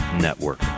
Network